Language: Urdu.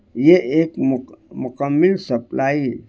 یہ ایک مکمل سپلائی